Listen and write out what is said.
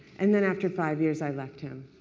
and then after five years i left him.